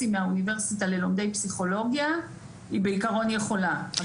מהאוניברסיטה ללומדי פסיכולוגיה היא בעיקרון יכולה,